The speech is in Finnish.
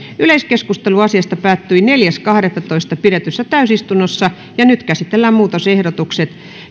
yleiskeskustelu asiasta päättyi neljäs kahdettatoista kaksituhattakahdeksantoista pidetyssä täysistunnossa nyt käsitellään muutosehdotukset